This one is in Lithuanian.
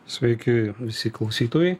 sveiki visi klausytojai